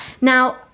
Now